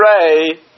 pray